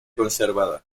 conservada